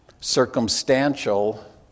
circumstantial